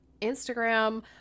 Instagram